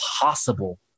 possible